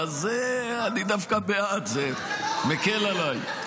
אז אני דווקא בעד, זה מקל עליי.